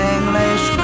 English